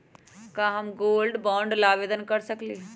का हम gold bond ला आवेदन कर सकली ह?